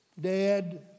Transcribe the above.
dad